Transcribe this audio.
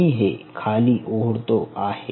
मी हे खाली ओढतो आहे